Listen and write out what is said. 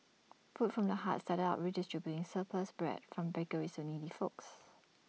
food from the heart started out redistributing surplus bread from bakeries needy folks